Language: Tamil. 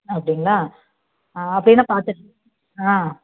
அப்படிங்களா அப்படின்னா பார்த்துட்டு ஆ